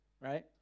Right